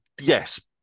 yes